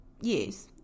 Yes